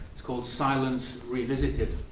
it's called silence revisited.